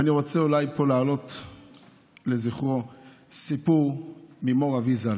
ואני רוצה להעלות פה לזכרו סיפור ממו"ר אבי ז"ל,